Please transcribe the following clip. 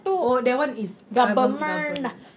oh that one is govern~ government ah